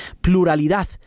pluralidad